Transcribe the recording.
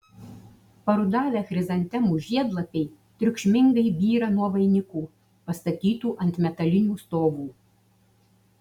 parudavę chrizantemų žiedlapiai triukšmingai byra nuo vainikų pastatytų ant metalinių stovų